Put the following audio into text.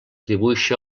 dibuixa